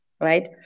right